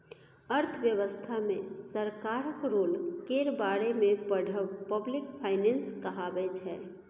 अर्थव्यवस्था मे सरकारक रोल केर बारे मे पढ़ब पब्लिक फाइनेंस कहाबै छै